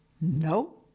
no